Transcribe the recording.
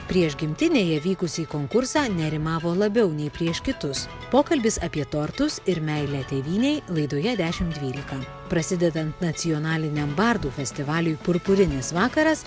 prieš gimtinėje vykusį konkursą nerimavo labiau nei prieš kitus pokalbis apie tortus ir meilę tėvynei laidoje dešimt dvylika prasidedant nacionaliniam bardų festivaliui purpurinis vakaras